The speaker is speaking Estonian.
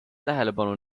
tähelepanu